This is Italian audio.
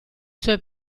sue